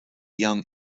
young